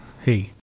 Hey